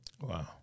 Wow